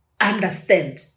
understand